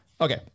Okay